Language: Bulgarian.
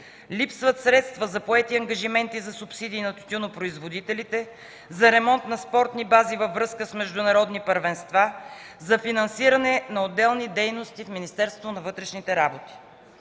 Липсват средства за поети ангажименти за субсидии на тютюнопроизводителите, за ремонт на спортни бази във връзка с международни първенства, за финансиране на отделни дейности в Министерството на вътрешните работи.